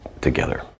together